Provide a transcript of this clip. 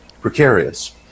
precarious